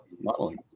modeling